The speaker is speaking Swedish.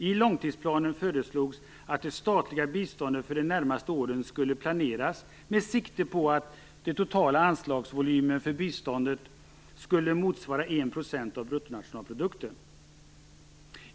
I långtidsplanen föreslogs att det statliga biståndet för de närmaste åren skulle planeras med sikte på att den totala anslagsvolymen för biståndet skulle motsvara 1 % av bruttonationalprodukten.